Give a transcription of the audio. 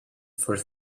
for